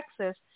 Texas